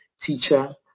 teacher